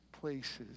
places